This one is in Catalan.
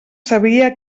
sabria